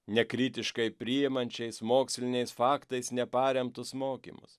nekritiškai priimančiais moksliniais faktais neparemtus mokymus